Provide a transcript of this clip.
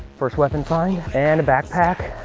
first weapon find and a backpack.